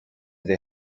they